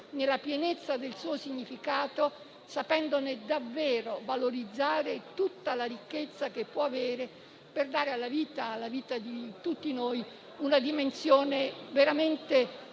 nella pienezza del proprio significato, sapendone davvero valorizzare tutta la ricchezza possibile per dare alla vita di tutti noi una dimensione veramente